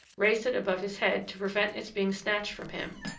raised it above his head to prevent its being snatched from him.